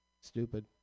stupid